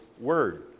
word